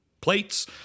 plates